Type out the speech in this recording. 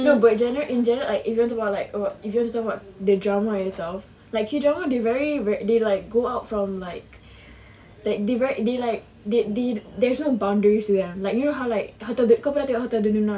no but general in general like if you want to buat like if you want to macam buat the drama [tau] like K drama they very they like go out from like they very they like they they there's no boundaries like you know how like hotel del~ kau pernah tengok hotel del luna right